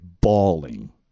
bawling